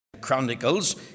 Chronicles